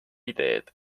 ideed